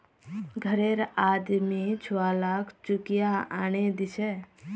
घररे आदमी छुवालाक चुकिया आनेय दीछे